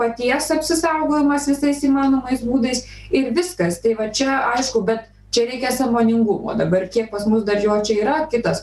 paties apsisaugojimas visais įmanomais būdais ir viskas tai va čia aišku bet čia reikia sąmoningumo dabar kiek pas mus dar jo čia yra kitas